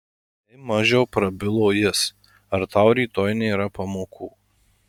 ei mažiau prabilo jis ar tau rytoj nėra pamokų